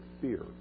fear